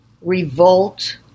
revolt